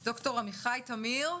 אני ד"ר עמיחי תמיר,